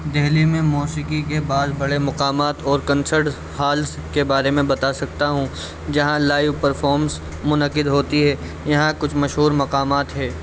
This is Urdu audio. دہلی میں موسیقی کے بعض بڑے مقامات اور کنسرٹ حالس کے بارے میں بتا سکتا ہوں جہاں لائیو پرفامس منعقد ہوتی ہے یہاں کچھ مشہور مقامات ہے